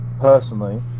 personally